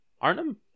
Arnhem